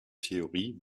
theorie